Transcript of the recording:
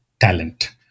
talent